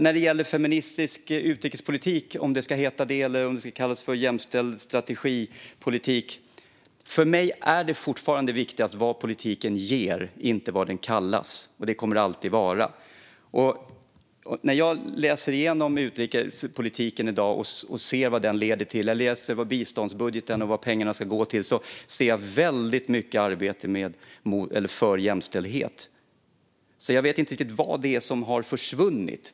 När det gäller om det ska heta feministisk utrikespolitik eller kanske kallas strategisk jämställdhetspolitik är det viktigaste för mig fortfarande vad politiken ger, inte vad den kallas. Det kommer det alltid att vara. När jag läser igenom dagens utrikespolitik och ser vad den leder till, när jag läser biståndsbudgeten och ser vad pengarna ska gå till, ser jag väldigt mycket arbete för jämställdhet. Jag vet inte riktigt vad det är som har försvunnit.